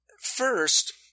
First